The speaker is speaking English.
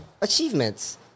achievements